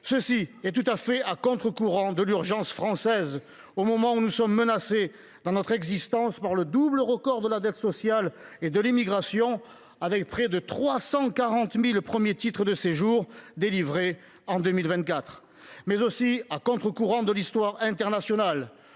est tout à fait à contre courant de l’urgence française, alors que nous sommes menacés dans notre existence par le double record de la dette sociale et de l’immigration, avec près de 340 000 premiers titres de séjour délivrés en 2024. Elle est tout aussi bien à contre courant de l’histoire internationale